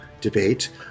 debate